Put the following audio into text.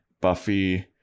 Buffy